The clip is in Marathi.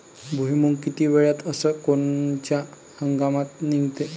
भुईमुंग किती वेळात अस कोनच्या हंगामात निगते?